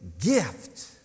gift